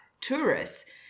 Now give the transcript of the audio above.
tourists